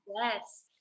Yes